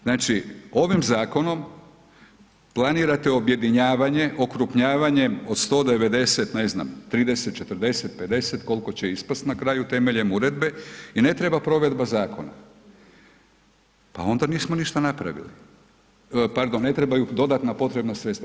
Znači ovim Zakonom planirate objedinjavanje, okrupnjavanje od 190 ne znam 30, 40, 50 kol'ko će ispasti na kraju temeljem Uredbe i ne treba provedba Zakona, pa onda nismo ništa napravili, pardon ne trebaju dodatna potrebna sredstva.